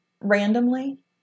randomly